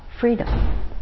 freedom